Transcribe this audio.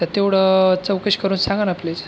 तर तेवढं चौकशी करून सांगा ना प्लीज